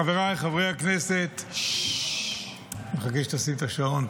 חבריי חברי הכנסת אני מחכה שתשים את השעון,